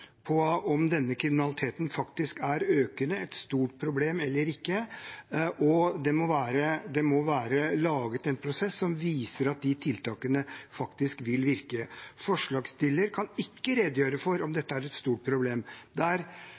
på om denne kriminaliteten faktisk er økende, et stort problem, eller ikke, og det må være laget en prosess som viser at de tiltakene faktisk vil virke. Forslagsstillerne kan ikke redegjøre for om dette er et stort problem.